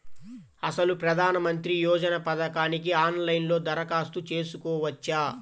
అసలు ప్రధాన మంత్రి యోజన పథకానికి ఆన్లైన్లో దరఖాస్తు చేసుకోవచ్చా?